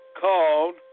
called